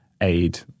aid